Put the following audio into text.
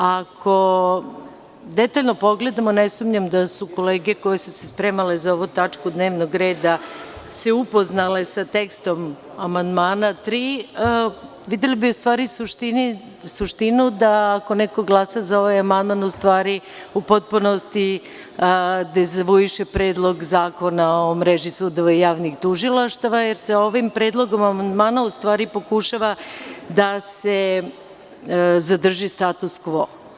Ako detaljno pogledamo ne sumnjam da su kolege koje su se spremale za ovu tačku dnevnog reda se upoznale sa tekstom amandmana 3. videli bi u stvari suštinu da ako neko glasa za ovaj amandman u stvari u potpunosti dezavuiše Predlog zakona o mreži sudova i javnih tužilaštava jer se ovim predlogom amandmana u stvari pokušava da se zadrži status kvo.